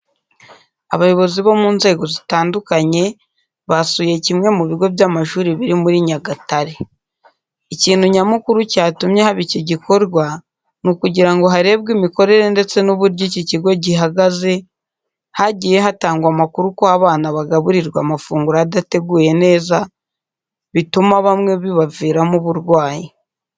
Abayobozi bo mu nzego zitandukanye, basuye kimwe mu bigo by'amashuri biri muri Nyagatare. Ikintu nyamukuru cyatumye haba iki gikorwa ni ukugira ngo harebwe imikorere ndese n'uburyo iki kigo gihagaze, hagiye hatangwa amakuru ko abana bagaburirwa amafunguro adateguye neza bituma bamwe bibaviramo uburwayi.